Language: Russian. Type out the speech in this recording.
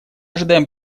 ожидаем